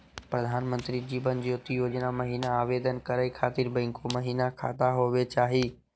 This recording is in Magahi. प्रधानमंत्री जीवन ज्योति योजना महिना आवेदन करै खातिर बैंको महिना खाता होवे चाही?